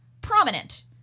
prominent